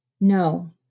no